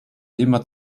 immer